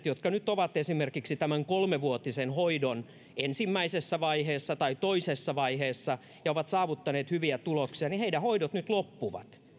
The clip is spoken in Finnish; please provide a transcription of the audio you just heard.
jotka nyt ovat esimerkiksi tämän kolmevuotisen hoidon ensimmäisessä vaiheessa tai toisessa vaiheessa ja ovat saavuttaneet hyviä tuloksia hoidot nyt loppuvat